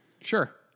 Sure